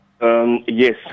Yes